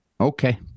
Okay